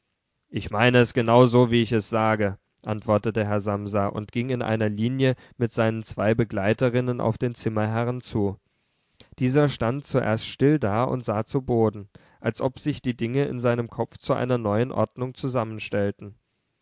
ich meine es genau so wie ich es sage antwortete herr samsa und ging in einer linie mit seinen zwei begleiterinnen auf den zimmerherrn zu dieser stand zuerst still da und sah zu boden als ob sich die dinge in seinem kopf zu einer neuen ordnung zusammenstellten